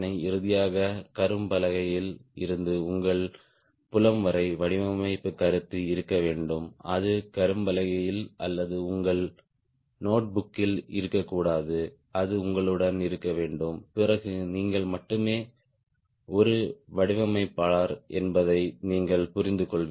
இறுதியாக கரும்பலகையில் இருந்து உங்கள் புலம் வரை வடிவமைப்பு கருத்து இருக்க வேண்டும் அது கரும்பலகையில் அல்லது உங்கள் நோட்புக்கில் இருக்கக்கூடாது அது உங்களுடன் இருக்க வேண்டும் பிறகு நீங்கள் மட்டுமே ஒரு வடிவமைப்பாளர் என்பதை நீங்கள் புரிந்துகொள்வீர்கள்